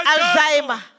Alzheimer